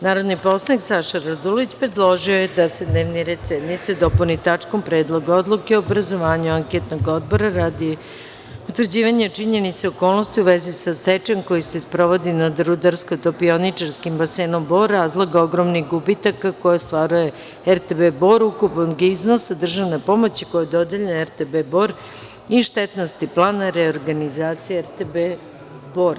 Narodni poslanik Saša Radulović predložio je da se dnevni red sednice dopuni tačkom – Predlog odluke o obrazovanju Anketnog odbora radi utvrđivanja činjenica i okolnosti u vezi sa stečajem koji se sprovodi na „Rudarsko-topioničarskom basenu Bor“, razloga ogromnih gubitaka koje ostvaruje RTB Bor, ukupnog iznosa državne pomoći koja je dodeljena RTB Bor i štetnosti plana reorganizacije RTB Bor.